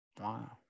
Wow